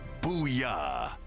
Booyah